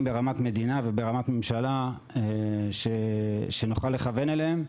ברמת מדינה וברמת ממשלה שנוכל לכוון אליהם,